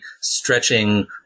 stretching